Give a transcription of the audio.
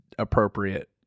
appropriate